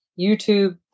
youtube